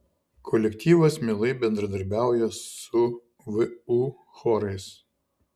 kolektyvas mielai bendradarbiauja su vu chorais